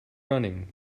running